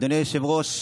אדוני היושב-ראש,